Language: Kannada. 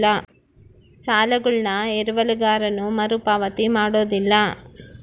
ಸಾಲಗಳನ್ನು ಎರವಲುಗಾರನು ಮರುಪಾವತಿ ಮಾಡೋದಿಲ್ಲ